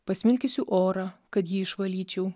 pasmilkysiu orą kad jį išvalyčiau